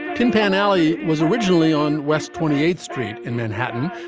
tin pan alley was originally on west twenty eighth street in manhattan.